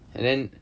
and then